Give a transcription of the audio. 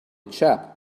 chap